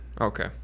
okay